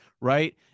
right